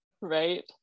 right